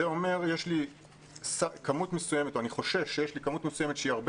זה אומר שאני חושש שיש לי כמות מסוימת שהיא הרבה